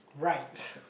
right